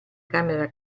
camera